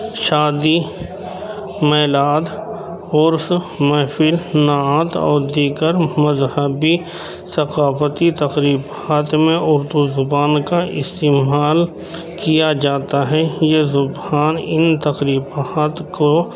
شادی میلاد عرس محفل نعت اور دیگر مذہبی ثقافتی تقریبات میں اردو زبان کا استعمال کیا جاتا ہے یہ زبان ان تقریبات کو